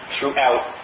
throughout